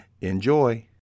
Enjoy